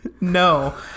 No